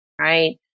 Right